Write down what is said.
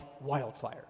wildfire